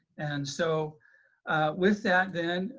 and so with that then,